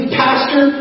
pastor